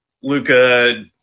Luca